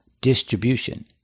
distribution